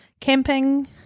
Camping